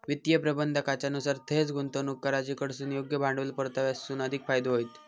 वित्तीय प्रबंधाकाच्या नुसार थंयंच गुंतवणूक करा जिकडसून योग्य भांडवल परताव्यासून अधिक फायदो होईत